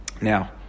Now